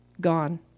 gone